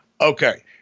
Okay